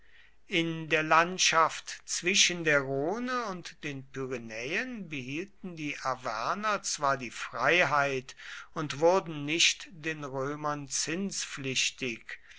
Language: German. in der landschaft zwischen der rhone und den pyrenäen behielten die arverner zwar die freiheit und wurden nicht den römern